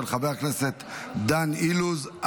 של חבר הכנסת דן אילוז.